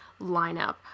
lineup